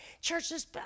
churches